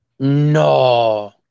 No